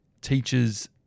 teachers